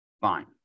fine